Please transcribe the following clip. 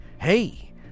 hey